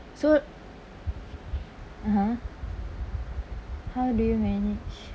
so (uh huh) how do you manage